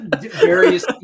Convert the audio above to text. various